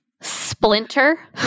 Splinter